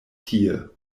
tie